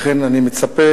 לכן, אני מצפה